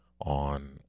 on